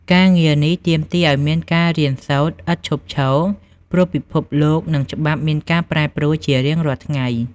ការងារនេះទាមទារឱ្យមានការរៀនសូត្រឥតឈប់ឈរ ព្រោះពិភពលោក និងច្បាប់មានការប្រែប្រួលជារៀងរាល់ថ្ងៃ។